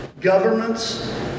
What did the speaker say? governments